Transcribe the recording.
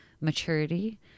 maturity